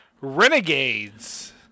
Renegades